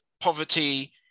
poverty